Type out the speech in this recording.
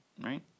Right